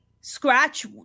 scratch